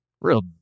Real